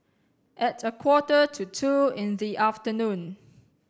at a quarter to two in the afternoon